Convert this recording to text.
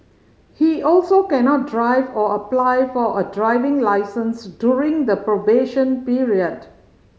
he also cannot drive or apply for a driving licence during the probation period